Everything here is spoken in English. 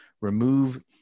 Remove